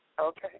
Okay